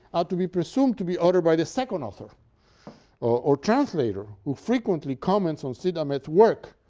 are to be presumed to be uttered by the second author or translator, who frequently comments on cide hamete's work,